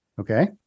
Okay